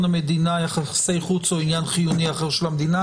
המדינה או יחסי חוץ או עניין חיוני אחר של המדינה.